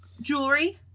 jewelry